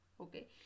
okay